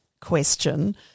question